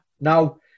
Now